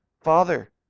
Father